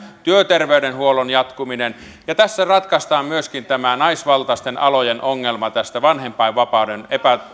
työterveyshuollon jatkuminen ja tässä ratkaistaan myöskin tämä naisvaltaisten alojen ongelma vanhempainvapaiden